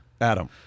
Adam